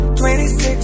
26